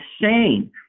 insane